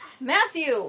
Matthew